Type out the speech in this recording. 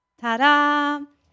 ta-da